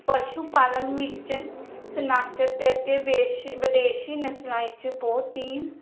ਪਸ਼ੂ ਪਾਲਣ ਵਿੱਚ ਸਨਕ ਅਤੇ ਅੱਗੇ ਵੇਸ ਵਿਦੇਸ਼ੀ ਨਸਲਾਂ ਵਿੱਚ ਬਹੁਤ ਹੀ